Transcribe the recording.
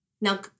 Now